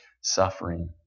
suffering